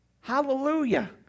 Hallelujah